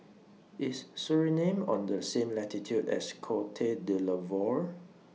IS Suriname on The same latitude as Cote D'Ivoire